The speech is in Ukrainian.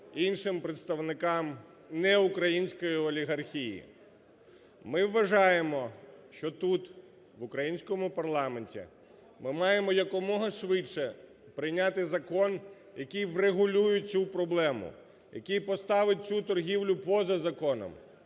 іншим представникам неукраїнської олігархії. Ми вважаємо, що тут, в українському парламенті ми маємо якомога швидше прийняти закон, який врегулює цю проблему, який поставить цю торгівлю поза законом,